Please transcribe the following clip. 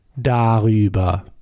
darüber